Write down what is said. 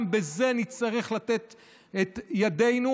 גם בזה נצטרך לתת את ידנו,